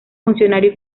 funcionario